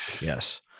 Yes